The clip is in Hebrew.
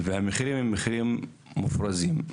והמחירים הם מחירים מופרזים.